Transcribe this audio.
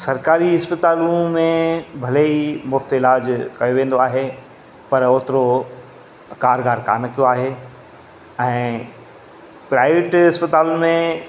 सरकारी अस्पतालूं में भले ई मुफ़्ति इलाजु कयो वेंदो आहे पर ओतिरो कारगारु कोन कयो आहे ऐं प्राइवेट अस्पतालुनि में